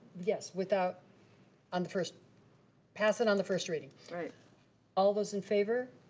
yes, without on the first pass it on the first reading. all those in favor?